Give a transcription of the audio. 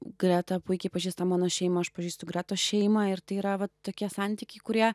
greta puikiai pažįsta mano šeimą aš pažįstu gretos šeimą ir tai yra vat tokie santykiai kurie